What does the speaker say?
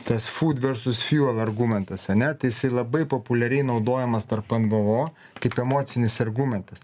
tas futgarsus fijon argumentas ane tai jisai labai populiariai naudojamas tarp en v o kaip emocinis argumentas